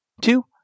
two